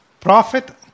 prophet